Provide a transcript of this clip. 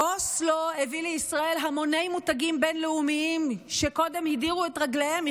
אוסלו הביא לישראל המוני מותגים בין-לאומיים שקודם הדירו את רגליהם,